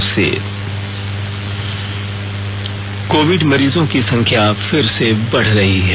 शुरुआत कोविड मरीजों की संख्या फिर से बढ़ रही है